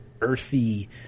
earthy